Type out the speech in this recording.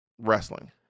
wrestling